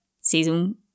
season